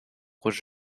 was